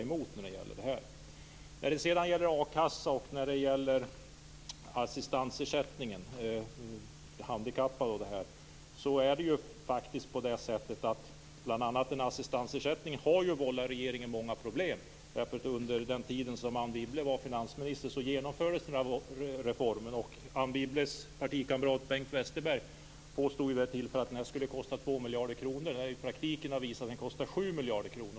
Sedan gällde det a-kassan och assistansersättningen för handikappade. Det är ju så att bl.a. assistansersättningen har vållat regeringen många problem. Under Anne Wibbles tid som finansminister genomfördes denna reform, och hennes partikamrat Bengt Westerberg påstod att den skulle kosta 2 miljarder kronor. I verkligheten har det visat sig att den kostar 7 miljarder kronor.